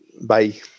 Bye